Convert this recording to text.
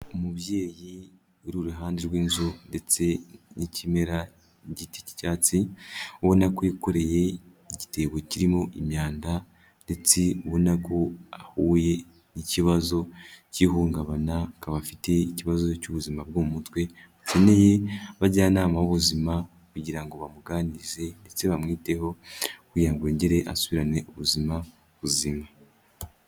Umubyeyi uri iruhande rw'inzu ndetse n'ikimera k'igiti k'icyatsi, ubona ko yikoreye igitebo kirimo imyanda ndetse ubona ko ahuye n'ikibazo k'ihungabana akaba afite ikibazo cy'ubuzima bwo mu mutwe akeneye abajyanama b'ubuzima kugira ngo bamuganirize ndetse bamwiteho, kugira ngo yongere asubirane ubuzima buzima.